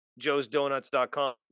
joesdonuts.com